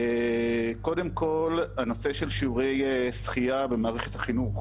קודם כל, הנושא של שיעורי שחייה במערכת החינוך